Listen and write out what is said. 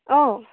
অঁ